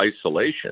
isolation